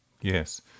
Yes